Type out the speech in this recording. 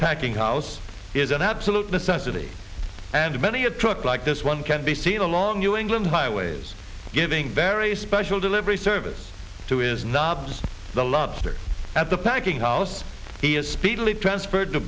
packing house is an absolute necessity and many a truck like this one can be seen along new england highways giving very special delivery service to is nobbs the lobster at the packing house he is speedily transferred to